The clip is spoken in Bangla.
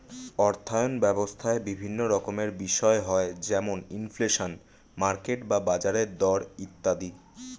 অর্থায়ন ব্যবস্থায় বিভিন্ন রকমের বিষয় হয় যেমন ইনফ্লেশন, মার্কেট বা বাজারের দর ইত্যাদি